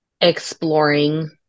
exploring